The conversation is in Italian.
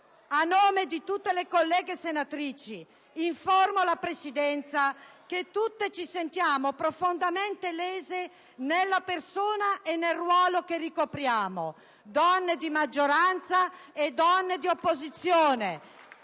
A nome di tutte le colleghe senatrici, informo la Presidenza che tutte ci sentiamo profondamente lese nella persona e nel ruolo che ricopriamo, donne di maggioranza e di opposizione;